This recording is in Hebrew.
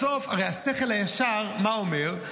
בסוף, הרי השכל הישר, מה אומר?